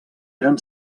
eren